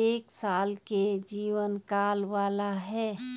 एक साल के जीवन काल वाला है